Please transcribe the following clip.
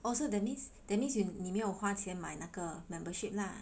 oh so that means that means you 你没有花钱买那个 membership lah